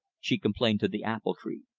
she complained to the apple tree.